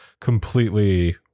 completely